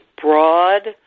broad